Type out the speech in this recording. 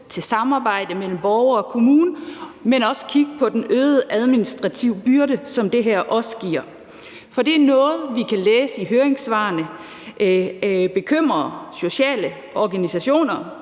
og samarbejdet mellem borgere og kommune, men også til, at der kigges på den øgede administrative byrde, som det her også giver, for det er noget, vi kan læse i høringssvarene bekymrer sociale organisationer,